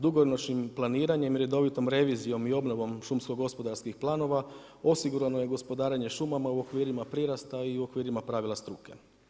Dugoročnim planiranjem, redovitom revizijom i obnovom šumsko-gospodarskih planova osigurano je gospodarenje šumama u okvirima prirasta i u okvirima pravila struke.